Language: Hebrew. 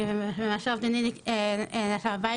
ואם המעשה האובדני נעשה בבית,